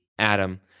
Adam